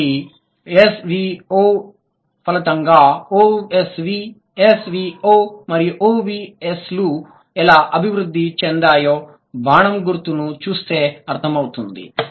కాబట్టి SOV ఫలితంగా OSV SVO మరియు OVS లు ఎలా అభివృద్ధి చెందాయో బాణం గుర్తును చూస్తే అర్థమవుతుంది